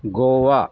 Goa